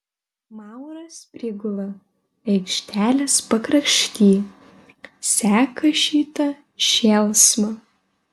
mauras prigula aikštelės pakrašty seka šitą šėlsmą